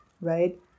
right